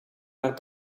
naar